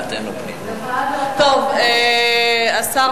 טוב, השר